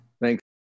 Thanks